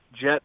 jet